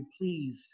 please